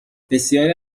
بسیاری